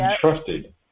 trusted